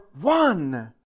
one